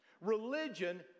religion